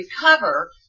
recover